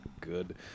good